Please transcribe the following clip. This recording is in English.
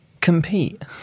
compete